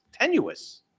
tenuous